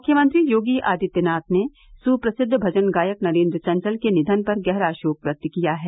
मुख्यमंत्री योगी आदित्यनाथ ने सुप्रसिद्ध भजन गायक नरेन्द्र चंचल के निघन पर गहरा शोक व्यक्त किया है